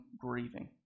grieving